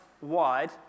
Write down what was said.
wide